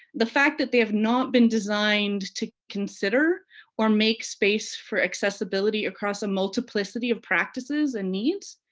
the fact that they have not been designed to consider or make space for accessibility across a multiplicity of practices and needs.